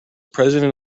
president